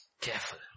Careful